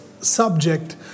subject